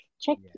check